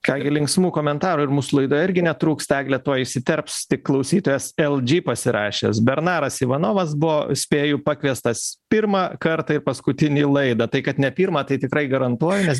ką gi linksmų komentarų ir mūsų laidoje irgi netrūksta egle tuoj įsiterps tik klausytojas eldžy pasirašęs bernaras ivanovas buvo spėju pakviestas pirmą kartą į paskutinį į laidą tai kad ne pirmą tai tikrai garantuoju nes